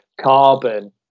Carbon